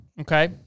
okay